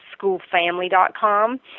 schoolfamily.com